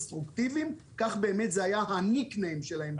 קונסטרוקטיביים וזה באמת גם היה שם הכינוי שלהם.